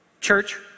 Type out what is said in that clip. Church